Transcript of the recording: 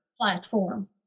platform